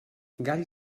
gall